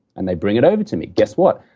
and they bring it over to me. guess what?